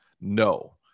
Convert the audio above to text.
no